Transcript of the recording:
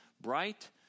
bright